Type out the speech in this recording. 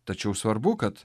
tačiau svarbu kad